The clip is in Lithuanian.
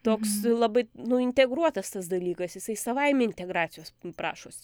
toks labai integruotas tas dalykas jisai savaime integracijos prašosi